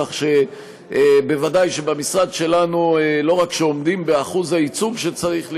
כך שוודאי שבמשרד שלנו לא רק שעומדים באחוז הייצוג שצריך להיות,